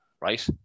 right